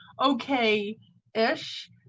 okay-ish